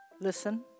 listen